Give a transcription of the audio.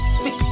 Speak